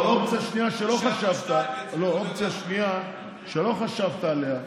אבל אופציה שנייה שלא חשבת עליה,